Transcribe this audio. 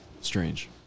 Strange